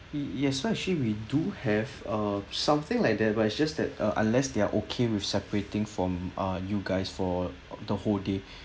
y~ yes so actually we do have uh something like that but it's just that uh unless they are okay with separating from ah you guys for the whole day